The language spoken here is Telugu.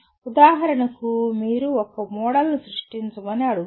ఉదాహరణకు మీరు ఒక మోడల్ను సృష్టించమని అడుగుతారు